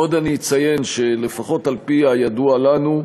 עוד אני אציין, שלפחות על-פי הידוע לנו,